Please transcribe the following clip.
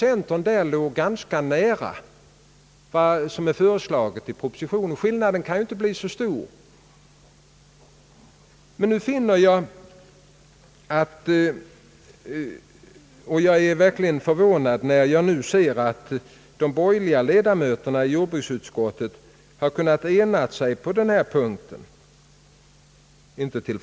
centern låg ganska nära vad som är föreslaget i propositionen. Skillnaden kan ju inte bli så stor, och jag är därför förvånad när jag nu ser att de borgerliga ledamöterna i jordbruksutskottet har kunnat ena sig på högerns linje på denna punkt.